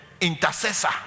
intercessor